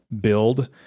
build